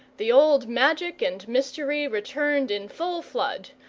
the old magic and mystery returned in full flood,